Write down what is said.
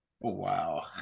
wow